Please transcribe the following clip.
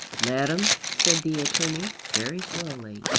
madame, said the attorney very slowly,